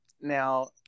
Now